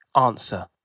answer